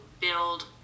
build